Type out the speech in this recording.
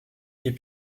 est